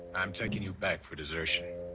i'm taking you back for desertion.